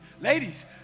Ladies